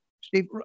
Steve